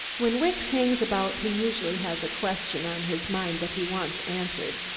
when wicks hangs about he usually has a question on his mind that he wants answered,